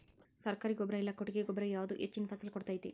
ಸರ್ಕಾರಿ ಗೊಬ್ಬರ ಇಲ್ಲಾ ಕೊಟ್ಟಿಗೆ ಗೊಬ್ಬರ ಯಾವುದು ಹೆಚ್ಚಿನ ಫಸಲ್ ಕೊಡತೈತಿ?